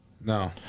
No